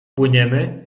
płyniemy